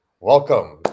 Welcome